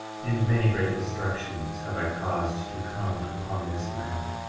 and many great destructions have i caused to come upon this land,